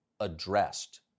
addressed